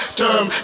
term